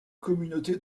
communauté